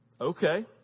Okay